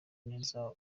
neza